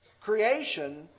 Creation